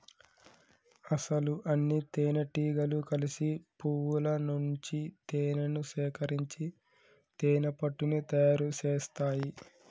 అసలు అన్నితేనెటీగలు కలిసి పువ్వుల నుంచి తేనేను సేకరించి తేనెపట్టుని తయారు సేస్తాయి